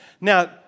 Now